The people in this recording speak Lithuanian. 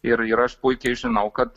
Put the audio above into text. ir ir aš puikiai žinau kad